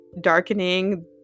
darkening